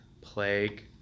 plague